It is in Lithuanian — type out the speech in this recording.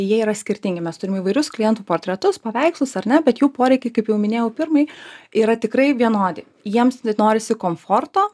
jie yra skirtingi mes turim įvairius klientų portretus paveikslus ar ne bet jų poreikiai kaip jau minėjau pirmai yra tikrai vienodi jiems norisi komforto